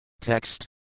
Text